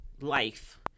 life